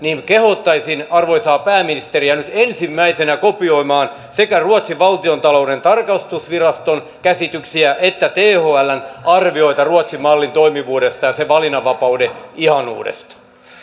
kehottaisin arvoisaa pääministeriä nyt ensimmäisenä kopioimaan sekä ruotsin valtiontalouden tarkastusviraston käsityksiä että thln arvioita ruotsin mallin toimivuudesta ja sen valinnanvapauden ihanuudesta